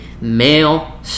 male